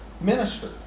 minister